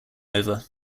over